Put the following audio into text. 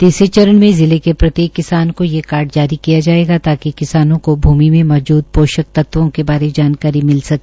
तीसरे चरण में जिले प्रत्येक किसान को ये कार्ड जारी किया जायेगा ताकि किसानों को भुमि में पोषक तत्वों के बारे जानकारी मिल सके